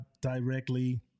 directly